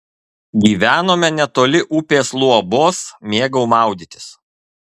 gyvenome netoli upės luobos mėgau maudytis